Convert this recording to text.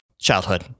Childhood